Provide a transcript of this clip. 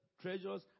treasures